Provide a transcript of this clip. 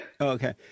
Okay